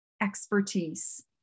expertise